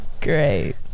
great